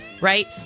right